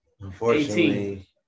Unfortunately